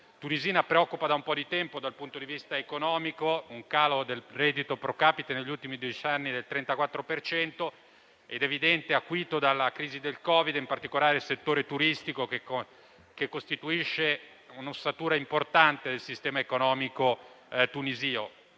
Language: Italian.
tunisina preoccupa da un po' di tempo dal punto di vista economico, con un calo del reddito *pro capite* negli ultimi dieci anni del 34 per cento, evidentemente acuito dalla crisi del Covid. Ad essere coinvolto è, in particolare, il settore turistico, che costituisce un'ossatura importante del sistema economico tunisino